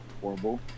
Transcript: horrible